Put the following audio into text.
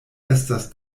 estas